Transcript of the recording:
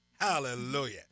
Hallelujah